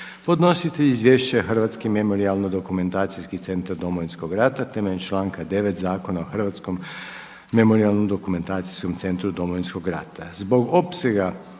Hrvatski-memorijalno dokumentacijski centar Domovinskog rata temeljem članka 9. Zakona o Hrvatskom memorijalno-dokumentacijskom centru Domovinskog rata.